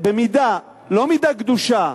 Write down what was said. במידה, לא מידה גדושה,